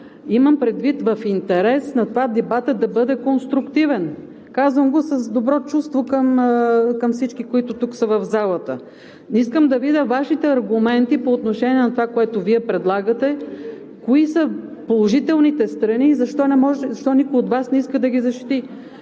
имам предвид в интерес на това дебатът да бъде конструктивен. Казвам го с добро чувство към всички, които са в залата. Искам да видя Вашите аргументи по отношение на това, което Вие предлагате, кои са положителните страни и защо никой от Вас не иска да ги защити.